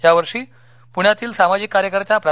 यावर्षी पृण्यातील सामाजिक कार्यकर्त्या प्रा